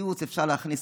שבציוץ אפשר להכניס,